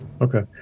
Okay